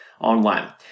online